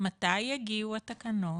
מתי יגיעו התקנות?